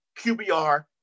QBR